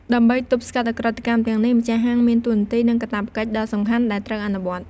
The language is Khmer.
ដើម្បី ទប់ស្កាត់ឧក្រិដ្ឋកម្ម ទាំងនេះ ម្ចាស់ហាង មាន តួនាទី និង កាតព្វកិច្ច ដ៏សំខាន់ដែលត្រូវ អនុវត្ត។